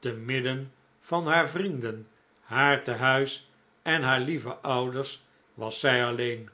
te midden van haar vrienden haar tehuis en haar lieve ouders was zij alleen